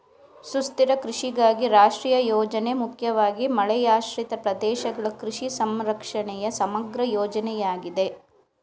ಸುಸ್ಥಿರ ಕೃಷಿಗಾಗಿ ರಾಷ್ಟ್ರೀಯ ಯೋಜನೆ ಮುಖ್ಯವಾಗಿ ಮಳೆಯಾಶ್ರಿತ ಪ್ರದೇಶಗಳ ಕೃಷಿ ಸಂರಕ್ಷಣೆಯ ಸಮಗ್ರ ಯೋಜನೆಯಾಗಿದೆ